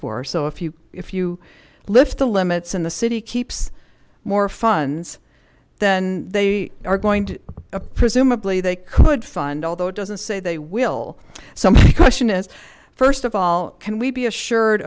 for so if you if you lift the limits and the city keeps more funds than they are going to presumably they could fund although it doesn't say they will so my question is first of all can we be assured